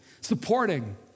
supporting